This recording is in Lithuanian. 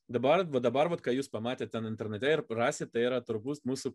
dabar va dabar vat ką jūs pamatėte ten internate ir rasit tai yra turbūt mūsų